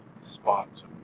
sponsor